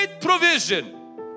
provision